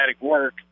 work